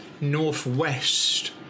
northwest